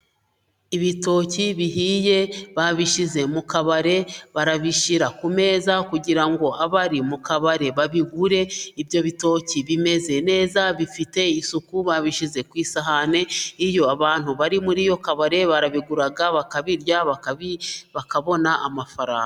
Ibitoki bihiye, babishyize mu kabare, barabishyira ku meza kugira ngo abari mu kabare babigure, ibyo bitoki bimeze neza, bifite isuku, babishyize ku isahani, iyo abantu bari muri iyo kabare barabigura bakabirya, bakabona amafaranga.